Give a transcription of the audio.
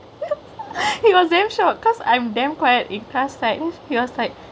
he was damn shocked cause I'm damn quiet in class right he was like